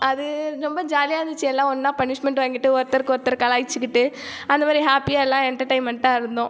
அது ரொம்ப ஜாலியாக இருந்துச்சு எல்லாம் ஒன்றா பனிஷ்மெண்ட் வாங்கிட்டு ஒருத்தருக்கு ஒருத்தர் கலாய்ச்சிக்கிட்டு அந்த மாதிரி ஹேப்பியாக எல்லாம் என்டர்டைன்மெண்ட்டாக இருந்தோம்